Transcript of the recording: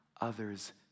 others